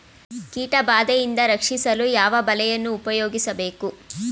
ಕೀಟಬಾದೆಯಿಂದ ರಕ್ಷಿಸಲು ಯಾವ ಬಲೆಯನ್ನು ಉಪಯೋಗಿಸಬೇಕು?